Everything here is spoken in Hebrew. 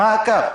מה הקו?